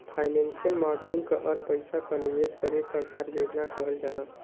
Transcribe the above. financial modelling क अर्थ पइसा क निवेश करे क कार्य योजना कहल जाला